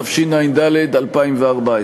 התשע"ד 2014,